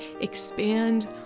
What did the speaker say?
expand